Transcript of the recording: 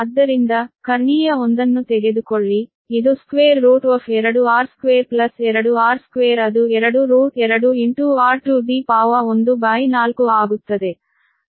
ಆದ್ದರಿಂದ ಕರ್ಣೀಯ ಒಂದನ್ನು ತೆಗೆದುಕೊಳ್ಳಿ ಇದು square root of 2 r square plus 2 r square ಅದು 2 root 2 inot r to the power 1 by 4 ಆಗುತ್ತದೆ